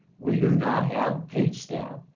we do not have paid staff,